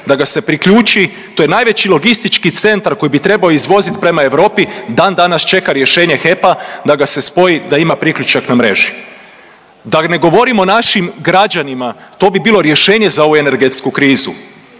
da ga se priključi, to je najveći logistički centar koji bi trebao izvozit prema Europi dan danas čeka rješenje HEP-a da ga se spoji da ima priključak na mreži, da ne govorimo našim građanima to bi bilo rješenje za ovu energetsku krizu,